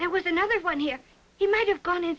there was another one here you might have gone